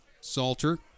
Salter